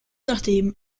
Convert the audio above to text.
nachdem